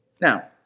Now